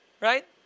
right